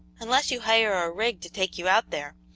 unless you hire a rig to take you out there,